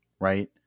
Right